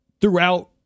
throughout